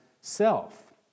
self